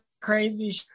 crazy